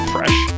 Fresh